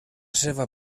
seva